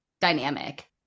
dynamic